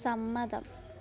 സമ്മതം